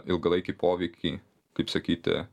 ilgalaikį poveikį kaip sakyti